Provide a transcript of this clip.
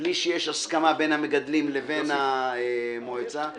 בלי שיש הסכמה בין המגדלים לבין המועצה --- לא,